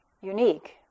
unique